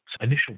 initial